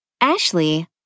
Ashley